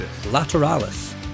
Lateralis